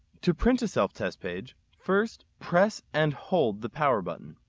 to print a self test page first press and hold the power button.